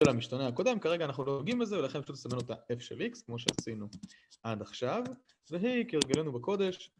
של המשתנה הקודם, כרגע אנחנו נוגעים לזה ולכן פשוט סמלנו את ה-f של x כמו שעשינו עד עכשיו והיי, כרגלנו בקודש